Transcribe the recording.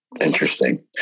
Interesting